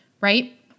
right